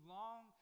long